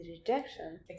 rejection